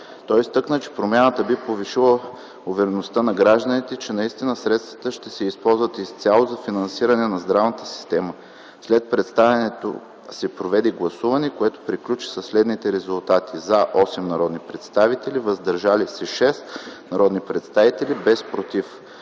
Той изтъкна, че промяната би повишила увереността на гражданите, че наистина средствата ще се използват изцяло за финансиране на здравната система. След представянето се проведе гласуване, което приключи със следните резултати: „за” – 8 народни представители, „въздържали се” – 6 народни представители, без „против”.